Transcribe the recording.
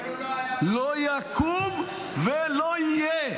כאילו לא היה פה --- לא יקום ולא יהיה.